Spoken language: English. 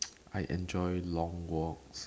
I enjoy long walks